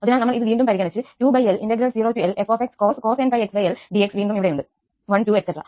അതിനാൽ നമ്മൾ ഇത് വീണ്ടും പരിഗണിച്ച 2L0Lfcos nπxL dx വീണ്ടും ഇവിടെയുണ്ട് 1 2